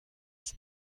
eus